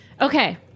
Okay